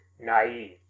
Naive